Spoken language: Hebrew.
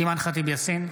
אימאן ח'טיב יאסין,